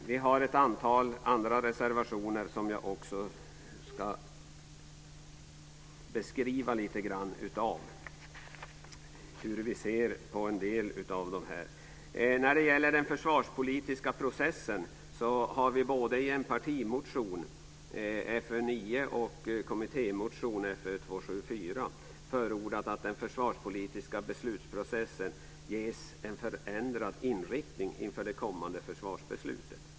Vi har ett antal andra reservationer som jag också ska beskriva lite grann. När det gäller den försvarspolitiska processen har vi både i en partimotion, Fö9, och i en kommittémotion, Fö274, förordat att den försvarspolitiska beslutsprocessen ges en förändrad inriktning inför det kommande försvarsbeslutet.